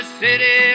city